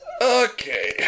Okay